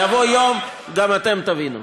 יבוא יום שגם אתם תבינו.